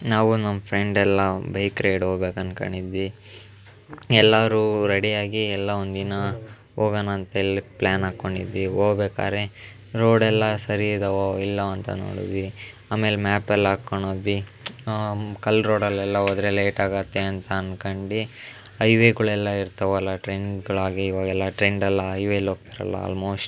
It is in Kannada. ನಾವು ನಮ್ಮ ಫ್ರೆಂಡ್ ಎಲ್ಲ ಬೈಕ್ ರೈಡ್ ಹೋಗ್ಬೇಕು ಅನ್ಕೊಂಡಿದ್ವಿ ಎಲ್ಲರೂ ರೆಡಿ ಆಗಿ ಎಲ್ಲ ಒಂದಿನ ಹೋಗಣ ಅಂತ ಎಲ್ಲ ಪ್ಲಾನ್ ಹಾಕಿಕೊಂಡಿದ್ವಿ ಹೋಗ್ಬೇಕಾದ್ರೆ ರೋಡ್ ಎಲ್ಲ ಸರಿ ಇದ್ದಾವೋ ಇಲ್ವೋ ಅಂತ ನೋಡಿದ್ವಿ ಆಮೇಲೆ ಮ್ಯಾಪ್ ಎಲ್ಲ ಹಾಕ್ಕೊಂಡು ಹೋದ್ವಿ ಕಲ್ಲು ರೋಡಲ್ಲೆಲ್ಲ ಹೋದರೆ ಲೇಟ್ ಆಗುತ್ತೆ ಅಂತ ಅನ್ಕಂಡು ಹೈವೇಗಳೆಲ್ಲ ಇರ್ತಾವಲ್ಲ ಟ್ರೆಂಡ್ಗಳಾಗಿ ಇವಾಗೆಲ್ಲ ಟ್ರೆಂಡ್ ಎಲ್ಲ ಹೈವೇಲ್ಲಿ ಹೋಗ್ತಾರಲ್ಲ ಆಲ್ಮೋಸ್ಟ್